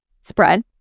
spread